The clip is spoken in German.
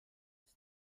ist